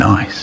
Nice